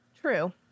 True